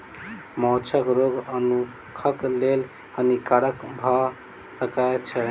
माँछक रोग मनुखक लेल हानिकारक भअ सकै छै